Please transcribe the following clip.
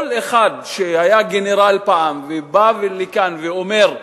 כל אחד שפעם היה גנרל, ובא לכאן ואומר: